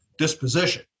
Disposition